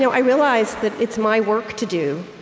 so i realize that it's my work to do,